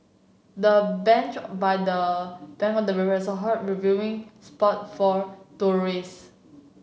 the bench by the bank of the river is a hot reviewing spot for tourists